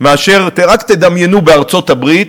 רק תדמיינו בארצות-הברית,